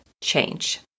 change